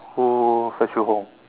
who fetch you home